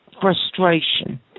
frustration